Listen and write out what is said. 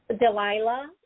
Delilah